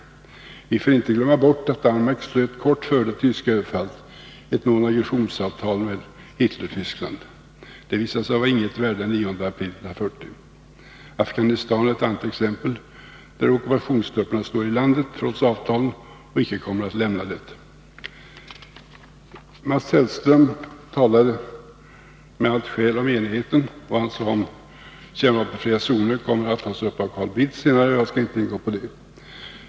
Vi får inte glömma bort att Danmark kort före det tyska överfallet slöt ett nonaggressionsavtal med Hitlertyskland. Det visade sig vara av inget värde den 9 april 1940. Afghanistan är ett annat exempel, där ockupationstrupperna står i landet, trots avtal, och icke kommer att lämna landet. Mats Hellström talade med allt skäl om enigheten. Vad han sade om kärnvapenfria zoner kommer senare att tas upp av Carl Bildt, och jag skall därför inte gå in på det.